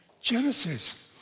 Genesis